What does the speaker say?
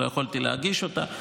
אז לא יכולתי להגיש אותה,